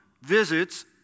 visits